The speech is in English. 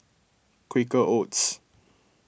Quaker Oats